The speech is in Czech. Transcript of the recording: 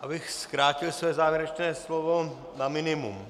Abych zkrátil své závěrečné slovo na minimum.